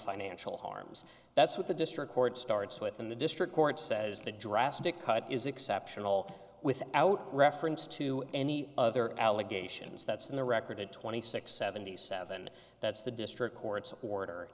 financial harms that's what the district court starts with in the district court says the drastic cut is exceptional without reference to any other allegations that's in the record twenty six seventy seven that's the district court's order